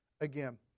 again